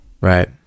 Right